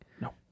no